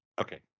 Okay